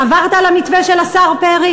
וצעד אחרון,